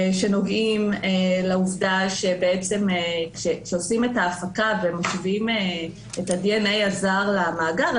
שנוגעים לעובדה שכאשר עושים את ההפקה ומשווים את הדנ"א הזר למאגר,